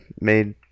made